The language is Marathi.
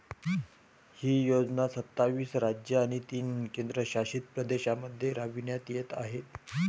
ही योजना सत्तावीस राज्ये आणि तीन केंद्रशासित प्रदेशांमध्ये राबविण्यात येत आहे